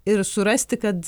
ir surasti kad